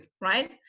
right